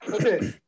okay